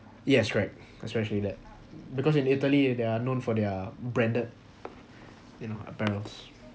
yes correct especially that because in italy it they are known for their branded you know apparels